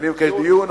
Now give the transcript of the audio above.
אני מבקש דיון,